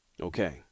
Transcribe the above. Okay